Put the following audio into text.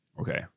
Okay